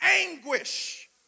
anguish